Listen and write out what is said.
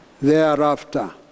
thereafter